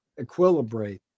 equilibrate